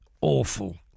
awful